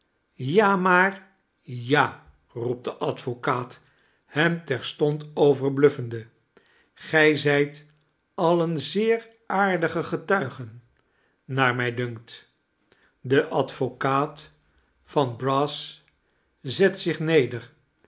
ja maar ja roept de advocaat hem terstond overbluffende gij zijt al een zeer aardige getuige naar mij dunkt de advocaat van brass zet zich neder